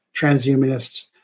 Transhumanists